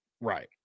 right